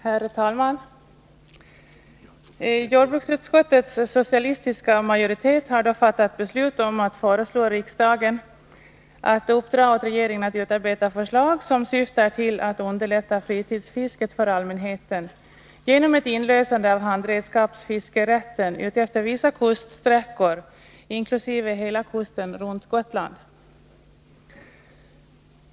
Herr talman! Jordbruksutskottets socialistiska majoritet har fattat beslut om att föreslå riksdagen att uppdra åt regeringen att utarbeta förslag som syftar till att underlätta fritidsfisket för allmänheten genom ett inlösande av handredskapsfiskerätten utefter vissa kuststräckor inkl. hela kusten runt Gotland.